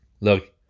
look